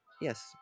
Yes